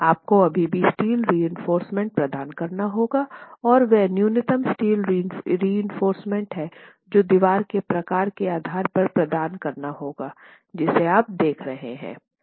आप को अभी भी स्टील रिइंफोर्समेन्ट प्रदान करना होगा और वह न्यूनतम स्टील रिइंफोर्समेन्ट हैं जो दीवार के प्रकार के आधार पर प्रदान करना होगा जिसे आप देख रहे हैं